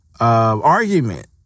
argument